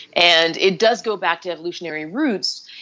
and it does go back to evolutionary routes.